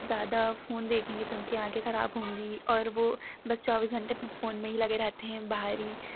ज़्यादा फ़ोन देखेंगे तो उनकी आँखें खराब होंगी और वे बस चौबीस घंटे फ़ोन में ही लगे रहते हैं बाहरी